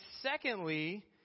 secondly